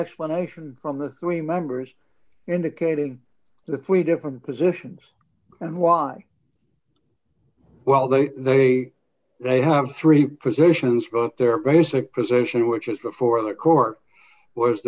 explanation from the three members indicating the three different positions and why well they they they have three presidents but their basic position which is before the court was